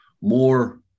more